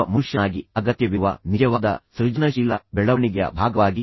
ನಾನು ನನ್ನ ಎಲ್ಲಾ ಉಳಿತಾಯವನ್ನು ನಿನ್ನ ಕಾಲೇಜಿನ ಶುಲ್ಕವನ್ನು ಪಾವತಿಸಲು ಬಳಸಿದ್ದೇನೆ